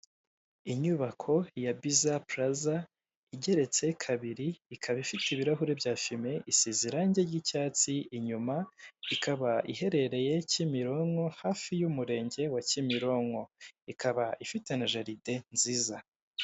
Inyubako ya Biza plaza igeretse kabiri, ikaba ifite ibirahure bya fime isize irange ry'icyatsi inyuma, ikaba iherereye kimironko hafi y'umurenge wa kimironko ikaba ifite na jaride nziza.